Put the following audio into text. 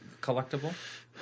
collectible